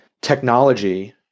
technology